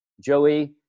Joey